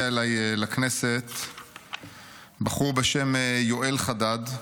אליי לכנסת בחור בשם יואל חדד,